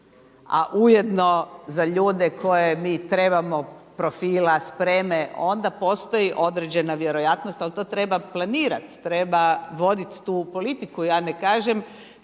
a ujedno za ljude koje mi trebamo profila, spreme onda postoji određena vjerojatnost, ali to treba planirati, treba voditi tu politiku. Ja ne kažem